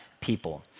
people